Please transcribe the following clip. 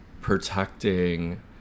protecting